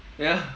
ya